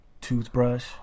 toothbrush